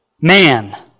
man